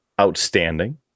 outstanding